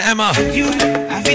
Emma